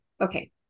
Okay